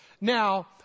Now